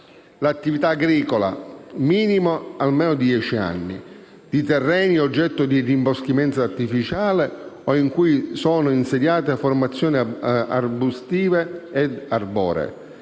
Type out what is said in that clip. l'attività agricola da almeno dieci anni, di terreni oggetto di rimboschimento artificiale o in cui sono insediate formazioni arbustive e arboree